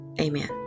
Amen